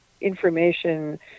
information